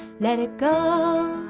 let it go,